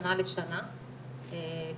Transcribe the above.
משנה לשנה קדימה,